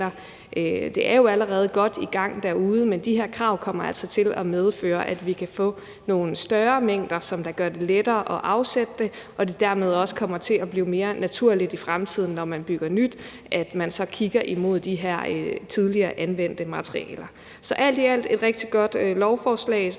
Det er jo allerede godt i gang derude, men de her krav kommer altså til at medføre, at vi kan få nogle større mængder, som gør det lettere at afsætte det, og at det dermed også kommer til at blive mere naturligt i fremtiden, når man bygger nyt, at man så kigger imod de her tidligere anvendte materialer. Så alt i alt er det et rigtig godt lovforslag, som